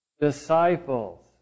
disciples